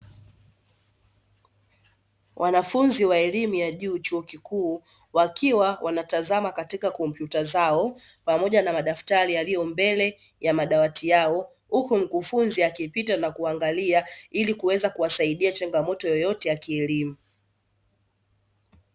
Wanafunzi wa elimu ya juu chuo kikuu wakiwa wanatazama katika kompyuta zao, pamoja na madaftari yaliyo mbele ya madawati yao, huku mkufunzi akipita na kuangalia ili kuweza kuwasaidia changamoto yoyote ya kielimu.